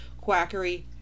quackery